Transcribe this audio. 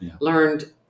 learned